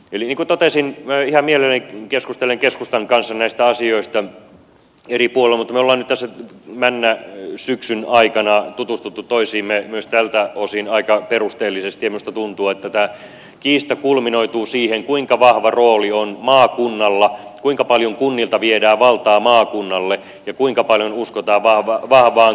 eli niin kuin totesin minä ihan mielelläni keskustelen keskustan kanssa näistä asioista eri puolilta mutta me olemme nyt tässä männä syksyn aikana tutustuttu toisiimme myös tältä osin aika perusteellisesti ja minusta tuntuu että tämä kiista kulminoituu siihen kuinka vahva rooli on maakunnalla kuinka paljon kunnilta viedään valtaa maakunnalle ja kuinka paljon uskotaan vahvaan kotikuntaan